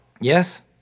Yes